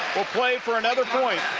will play for another point.